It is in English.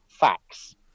facts